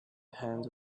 hand